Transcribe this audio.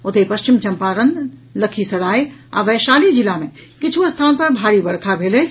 ओतहि पश्चिम चम्पारण लखीसराय आ वैशाली जिला मे किछु स्थान पर भारी वर्षा भेल अछि